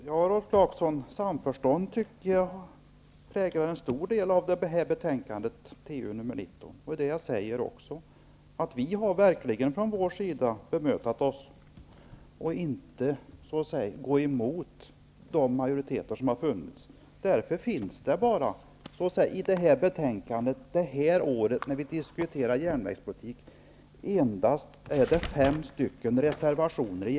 Herr talman! Jag tycker, Rolf Clarkson, att betänkandet TU19 till stor del präglas av samförstånd. Vi socialdemokrater har verkligen bemödat oss om att inte gå emot de majoriteter som har funnits. Det är därför det i det här årets betänkande, när vi diskuterar järnvägspolitik, endast finns fem stycken reservationer.